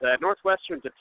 Northwestern's